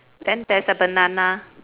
then there's a banana